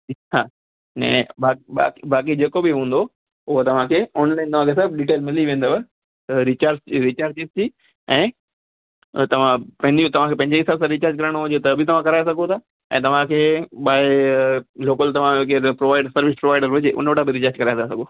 हा न बा बा बाक़ी जेको बि हूंदो उहो तव्हांखे ऑनलाइन तव्हांखे सभु डिटेल्स मिली वेंदव त रिचार्ज रिचार्ज जी बि ऐं तव्हां पंहिंजे तव्हांखे पंहिंजे हिसाब सां रिचार्ज कराइणो हुजे त बि तव्हां कराए सघो था ऐं तव्हांखे भई लोकल तव्हांखे केरु प्रोवाइड सर्विस प्रोवाइडर हुजे उन वटा बि रिचार्ज कराए था सघो